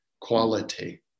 quality